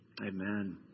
Amen